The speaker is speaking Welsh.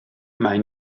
mae